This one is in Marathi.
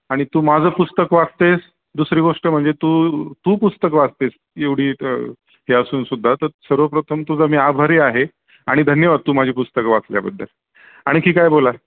आणि तू माझं पुस्तक वाचतेस दुसरी गोष्ट म्हणजे तू तू पुस्तक वाचतेस एवढी हे असून सुद्धा तर सर्वप्रथम तुझा मी आभारी आहे आणि धन्यवाद तू माझी पुस्तक वाचल्याबद्दल आणखी काय बोला